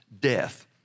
Death